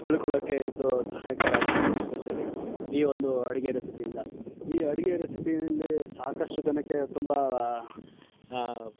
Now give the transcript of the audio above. ತಿಳ್ಕೊಳ್ಳೊಕೆ ಇದು ಸಹಾಯಕಾರಿ ಆಗುತ್ತೆ ಎಸ್ಪೆಷಲಿ ಈ ಒಂದು ಅಡುಗೆ ರೆಸಿಪಿಯಿಂದ ಈ ಅಡುಗೆ ರೆಸಿಪಿಯಲ್ಲಿ ಸಾಕಷ್ಟು ಜನಕ್ಕೆ ತುಂಬ